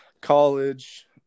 college